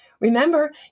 Remember